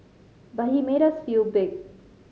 but he made us feel big